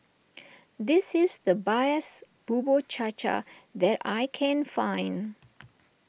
this is the bias Bubur Cha Cha that I can find